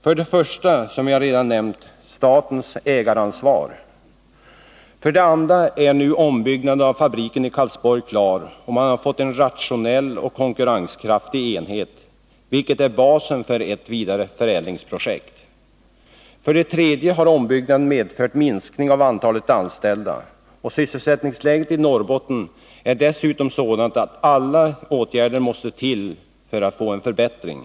För det första gäller det, som jag redan nämnt, statens ägaransvar. För det andra är ombyggnaden av fabriken i Karlsborg klar, och man har fått en rationell och konkurrenskraftig enhet, vilket är basen för ett vidareförädlingsprojekt. För det tredje har ombyggnaden medfört minskning av antalet anställda. Sysselsättningsläget i Norrbotten är dessutom sådant att alla åtgärder måste till för att man skall få en förbättring.